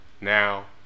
Now